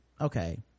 Okay